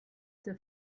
the